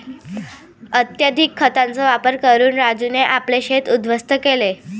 अत्यधिक खतांचा वापर करून राजूने आपले शेत उध्वस्त केले